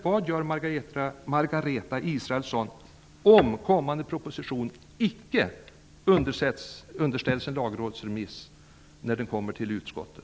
Vad gör Margareta Israelsson om propositionen icke blir föremål för en lagrådsremiss innan den kommer till utskottet?